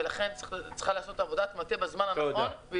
ולכן צריכה להיעשות עבודת מטה בזמן הנכון,